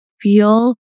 feel